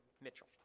Mitchell